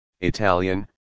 Italian